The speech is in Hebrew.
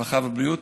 הרווחה והבריאות.